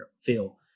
feel